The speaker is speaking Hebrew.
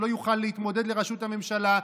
שלא יוכל להתמודד לראשות הממשלה,